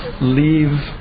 leave